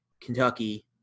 Kentucky